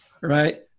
right